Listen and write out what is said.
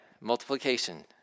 multiplication